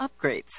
upgrades